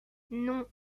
non